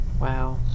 Wow